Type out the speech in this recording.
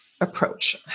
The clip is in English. approach